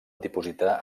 dipositar